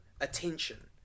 attention